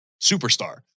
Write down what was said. superstar